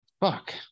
fuck